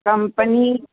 company